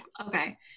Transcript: Okay